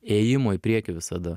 ėjimo į priekį visada